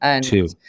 Two